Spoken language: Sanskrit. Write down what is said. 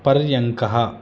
पर्यङ्कः